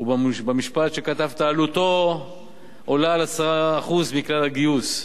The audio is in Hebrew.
ובמשפט שכתבת: "עלותו עולה על 10% מכלל הגיוס".